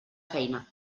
feina